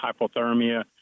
hypothermia